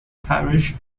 parish